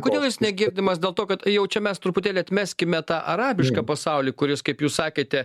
kodėl jis negirdimas dėl to kad jau čia mes truputėlį atmeskime tą arabišką pasaulį kuris kaip jūs sakėte